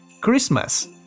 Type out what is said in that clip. Christmas